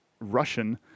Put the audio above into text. Russian